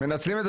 Seriously?